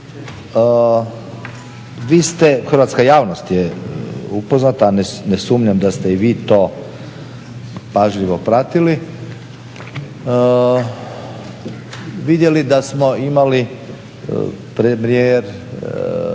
hrvatska javnost je upoznata, ne sumnjam da ste i vi to pažljivo pratili vidjeli da smo imali premijer